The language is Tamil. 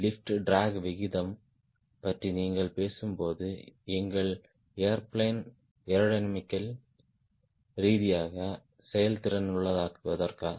லிப்ட் ட்ராக் விகிதம் பற்றி நீங்கள் பேசும்போது எங்கள் ஏர்பிளேன் ஏரோடையனமிக்கல் ரீதியாக செயல் திறனுள்ளதாக்குவதற்கு